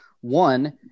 one